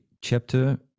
chapter